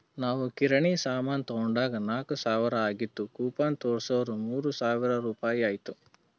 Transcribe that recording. ನಾವ್ ಕಿರಾಣಿ ಸಾಮಾನ್ ತೊಂಡಾಗ್ ನಾಕ್ ಸಾವಿರ ಆಗಿತ್ತು ಕೂಪನ್ ತೋರ್ಸುರ್ ಮೂರ್ ಸಾವಿರ ರುಪಾಯಿ ಆಯ್ತು